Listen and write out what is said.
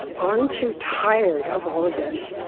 aren't you tired of all of this?